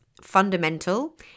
fundamental